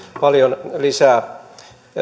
paljon lisää